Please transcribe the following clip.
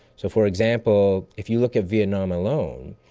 so for example, if you look at vietnam alone,